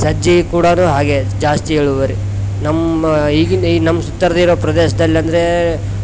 ಸಜ್ಜೆ ಕೂಡ ಹಾಗೆ ಜಾಸ್ತಿ ಇಳುವರಿ ನಮ್ಮ ಈಗಿನ ಈ ನಮ್ಮ ಸುತ್ವರ್ದಿರೊ ಪ್ರದೇಶ್ದಲ್ಲಿ ಅಂದ್ರೆ